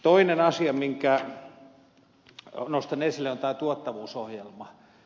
toinen asia minkä nostan esille on tämä tuottavuusohjelma